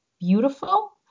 beautiful